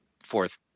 Fourth